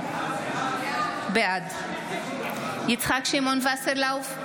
בעד יצחק שמעון וסרלאוף,